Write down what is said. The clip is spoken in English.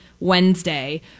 Wednesday